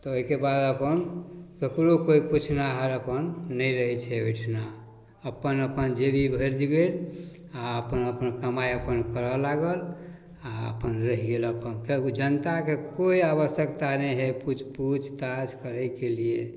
तऽ ओहिके बाद अपन ककरो कोइ पुछनिहार अपन नहि रहै छै ओहिठाम अपन अपन जे भी भजि गेल आओर अपन अपन कमाइ अपन करऽ लागल आओर अपन रहि गेल अपन किएकि जनताके कोइ आवश्यकता नहि हइ किछु पूछताछ करैके लिए